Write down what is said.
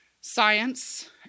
Science